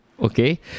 Okay